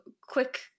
quick